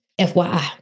FYI